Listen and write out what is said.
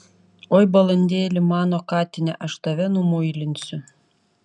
oi balandėli mano katine aš tave numuilinsiu